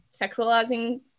sexualizing